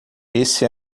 esse